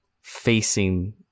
facing